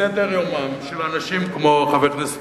שסדר-יומם של אנשים כמו חבר הכנסת